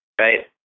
Right